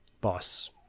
boss